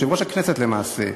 יושב-ראש הכנסת למעשה,